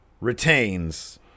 retains